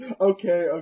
okay